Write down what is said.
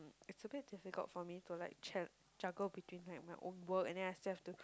it's a bit difficult for me to like cha~ juggle between like my own work and then after I still have to